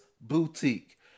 Boutique